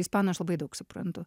ispanų aš labai daug suprantu